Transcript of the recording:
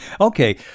Okay